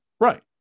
Right